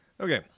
Okay